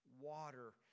water